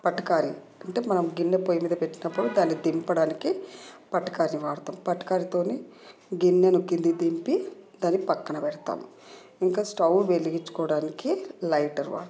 పట్కారీ అంటే మనం గిన్నె పోయి మీద పెట్టినప్పుడు దాన్ని దింపడానికి పట్కారీ వాడుతాం పట్కారీతోని గిన్నెని కిందకి దింపి దాని పక్కన పెడతాం ఇంకా స్టవ్ వెలిగించుకోవడానికి లైటర్ వాడుతాం